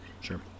sure